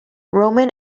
roman